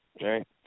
Right